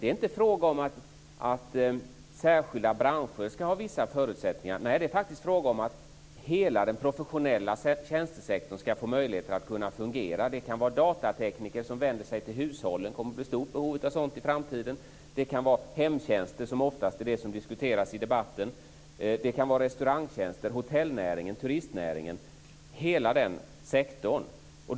Det är inte fråga om att särskilda branscher skall ha vissa förutsättningar. Det är faktiskt fråga om att hela den professionella tjänstesektorn skall få möjligheter att fungera. Det kan vara datatekniker som vänder sig till hushållen - det kommer att bli ett stort behov av sådant i framtiden - det kan vara hemtjänster, som är det som oftast diskuteras i debatten. Det kan vara restaurangtjänster, hotellnäringen, turistnäringen, hela den sektorn.